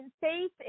faith